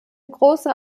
große